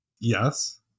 Yes